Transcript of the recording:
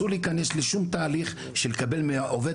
אזור להיכנס לשום תהליך של לקבל מהעובד